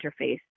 interface